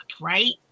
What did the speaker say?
right